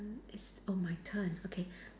is oh my turn okay